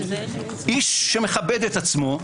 איש שמכבד את עצמו,